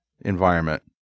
environment